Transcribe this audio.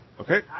Okay